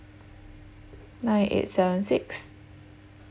nine eight seven six